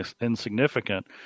insignificant